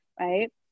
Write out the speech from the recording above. right